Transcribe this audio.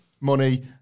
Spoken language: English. Money